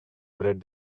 bread